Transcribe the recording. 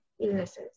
illnesses